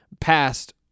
passed